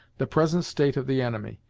the present state of the enemy,